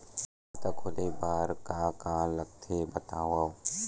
खाता खोले बार का का लगथे बतावव?